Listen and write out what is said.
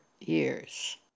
years